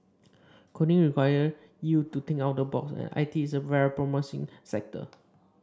coding require you to think out of the box and I T is a very promising sector